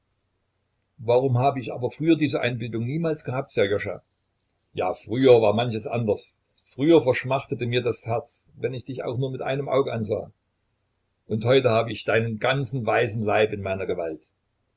warum habe ich aber früher diese einbildung niemals gehabt sserjoscha ja früher war manches anders früher verschmachtete mir das herz wenn ich dich auch nur mit einem auge ansah und heute habe ich deinen ganzen weißen leib in meiner gewalt